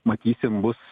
matysim bus